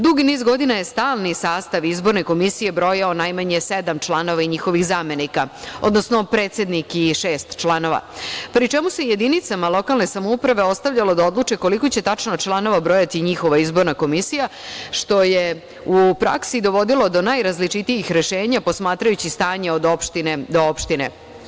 Dugi niz godina je stalni sastav izborne komisije je brojao najmanje sedam članova i njihovih zamenika, odnosno predsednik i šest članova, pri čemu se jedinicama lokalne samouprave ostavljalo da odluče koliko će tačno članova brojati njihova izborna komisija, što je u praksi dovodilo do najrazličitijih rešenja posmatrajući stanje o opštine do opštine.